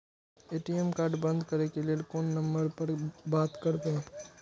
ATM card बंद करे के लेल कोन नंबर पर बात करबे?